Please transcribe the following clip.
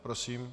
Prosím.